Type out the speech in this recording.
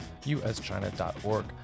uschina.org